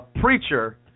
Preacher